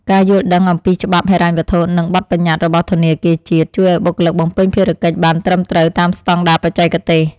ការយល់ដឹងអំពីច្បាប់ហិរញ្ញវត្ថុនិងបទបញ្ញត្តិរបស់ធនាគារជាតិ ជួយឱ្យបុគ្គលិកបំពេញភារកិច្ចបានត្រឹមត្រូវតាមស្ដង់ដារបច្ចេកទេស។